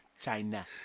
China